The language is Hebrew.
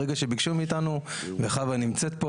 ברגע שביקשו מאיתנו וחוה נמצאת פה